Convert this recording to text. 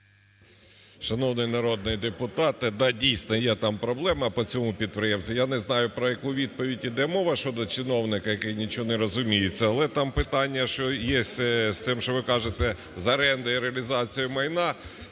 Шановні народний депутате! Да, дійсно, там є проблема по цьому підприємству. Я не знаю, про яку відповідь йде мова щодо чиновника, який нічого не розуміє? Але там є питання з тим, що ви кажете, з орендою і реалізацією майна.